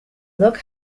look